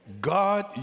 God